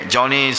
Johnny